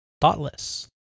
Thoughtless